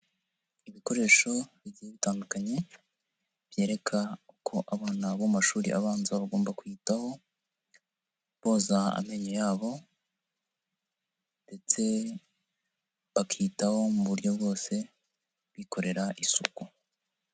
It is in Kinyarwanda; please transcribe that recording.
Ibikoresho bigiye bitandukanye byereka uko abana bo mashuri abanza bagomba kwiyitaho boza amenyo yabo ndetse bakiyitaho mu buryo bwose bikorera isuku.